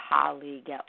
colleague